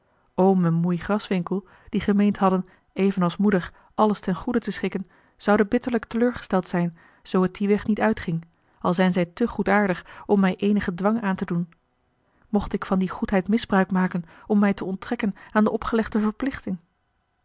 en moei graswinckel die gemeend hadden evenals moeder alles ten goede te schikken zouden bitterlijk teleurgesteld zijn zoo het dien weg niet uitging al zijn zij te goedaardig om mij eenigen dwang aan te doen mocht ik van die goedheid misbruik maken om mij te onttrekken aan de opgelegde verplichting